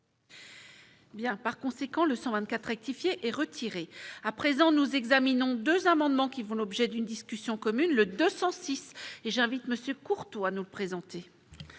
Bien, par conséquent, le 124 rectifié et retiré à présent nous examinons 2 amendements qui font l'objet d'une discussion commune le 206 et j'invite monsieur Courtois nous présenter.